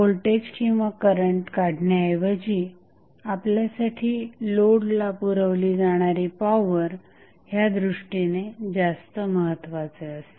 voltage किंवा current काढण्याऐवजी आपल्यासाठी लोडला पुरवली जाणारी पॉवर ह्यादृष्टीने जास्त महत्वाचे असते